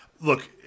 Look